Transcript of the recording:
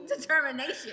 determination